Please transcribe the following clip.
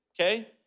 Okay